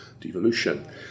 devolution